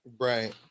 Right